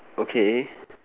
okay